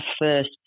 first